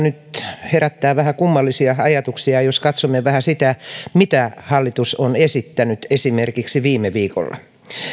nyt herättää vähän kummallisia ajatuksia jos katsomme vähän sitä mitä hallitus on esittänyt esimerkiksi viime viikolla